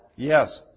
Yes